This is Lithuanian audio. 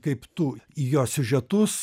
kaip tu į jos siužetus